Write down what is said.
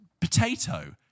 potato